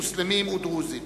מוסלמים, דרוזים